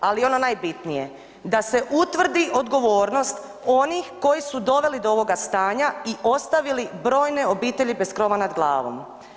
Ali ono najbitnije, da se utvrdi odgovornost onih koji su doveli do ovoga stanja i ostavili brojne obitelji bez krova nad glavom.